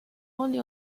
only